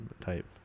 type